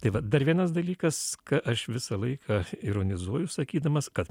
tai vat dar vienas dalykas ką aš visą laiką ironizuoju sakydamas kad